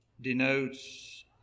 denotes